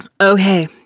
Okay